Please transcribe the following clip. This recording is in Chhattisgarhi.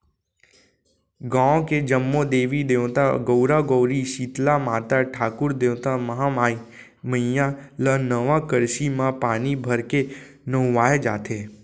गाँव के जम्मो देवी देवता, गउरा गउरी, सीतला माता, ठाकुर देवता, महामाई मईया ल नवा करसी म पानी भरके नहुवाए जाथे